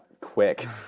quick